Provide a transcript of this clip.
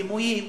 הדימויים.